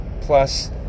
plus